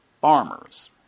farmers